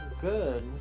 Good